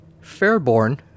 Fairborn